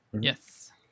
Yes